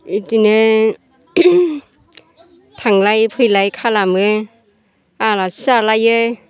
बिदिनो थांलाय फैलाय खालामो आलासि जालायो